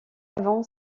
avant